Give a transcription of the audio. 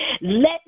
let